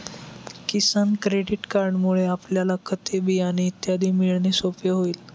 किसान credit कार्डमुळे आपल्याला खते, बियाणे इत्यादी मिळणे सोपे होईल